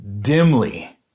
dimly